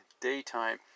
daytime